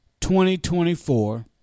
2024